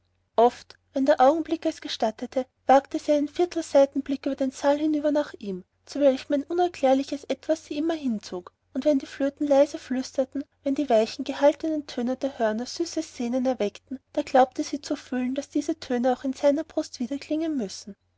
oft wenn der augenblick es gestattete wagte sie einen viertelsseitenblick über den saal hinüber nach ihm zu welchem ein unerklärbares etwas sie noch immer hinzog und wenn die flöten leiser flüsterten wenn die weichen gehaltenen töne der hörner süßes sehnen erweckten da glaubte sie zu fühlen daß diese töne auch in seiner brust widerklingen müssen